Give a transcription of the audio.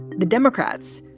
the democrats,